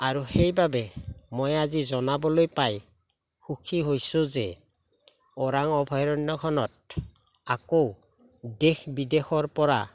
আৰু সেইবাবে মই আজি জনাবলৈ পাই সুখী হৈছোঁ যে ওৰাং অভয়াৰণ্যখনত আকৌ দেশ বিদেশৰ পৰা